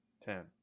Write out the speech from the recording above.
Ten